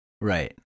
Right